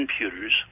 computers